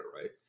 right